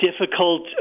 difficult